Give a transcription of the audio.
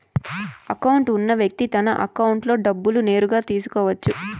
account ఉన్న వ్యక్తి తన అకౌంట్లో డబ్బులు నేరుగా తీసుకోవచ్చు